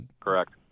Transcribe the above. Correct